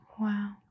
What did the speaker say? wow